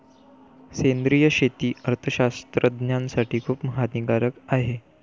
सेंद्रिय शेती अर्थशास्त्रज्ञासाठी खूप हानिकारक आहे